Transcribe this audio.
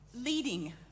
leading